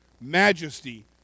majesty